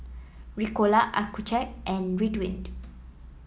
Ricola Accucheck and Ridwind